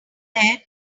there